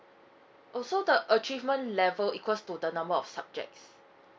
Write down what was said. oh so the achievement level equals to the number of subjects